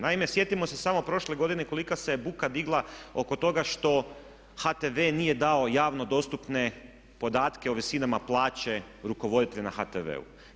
Naime, sjetimo se samo prošle godine kolika se buka digla oko toga što HTV nije dao javno dostupne podatke o visinama plaće rukovoditelja na HTV-u.